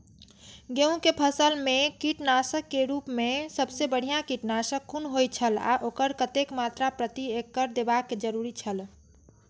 गेहूं के फसल मेय कीटनाशक के रुप मेय सबसे बढ़िया कीटनाशक कुन होए छल आ ओकर कतेक मात्रा प्रति एकड़ देबाक जरुरी छल?